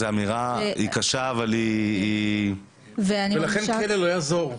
זו אמירה קשה אבל היא --- ולכן, כלא לא יעזור.